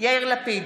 יאיר לפיד,